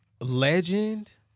legend